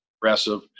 aggressive